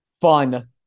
fun